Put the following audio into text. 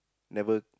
never